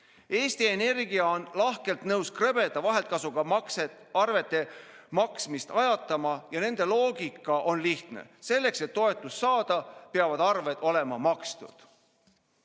Energia on lahkelt nõus krõbeda vaheltkasuga arvete maksmist ajatama ja nende loogika on lihtne. Selleks, et toetust saada, peavad arved olema makstud.